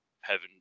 heaven